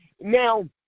Now